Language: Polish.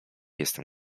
jestem